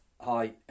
Hi